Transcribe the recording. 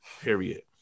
period